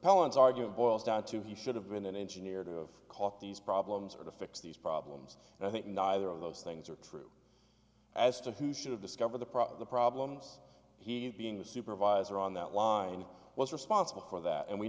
appellant's argument boils down to he should have been an engineer to have caught these problems or to fix these problems and i think neither of those things are true as to who should have discovered the problem the problems here being the supervisor on that line was responsible for that and we